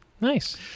nice